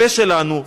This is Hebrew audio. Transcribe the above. הפה שלנו סח,